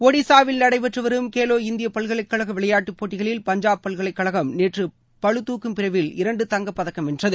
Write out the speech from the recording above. ஒடிசாவில் நடைபெற்று வரும் கேலோ இந்தியா பல்கலைக்கழக விளையாட்டுப் போட்டிகளில் பஞ்சாப் பல்கலைக்கழகம் நேற்று பளுதூக்கும் பிரிவில் இரண்டு தங்கப்பதக்கம் வென்றது